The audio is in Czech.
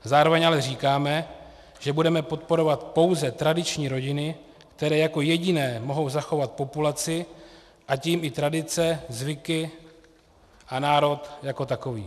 Zároveň ale říkáme, že budeme podporovat pouze tradiční rodiny, které jako jediné mohou zachovat populaci, a tím i tradice, zvyky a národ jako takový.